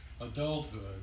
adulthood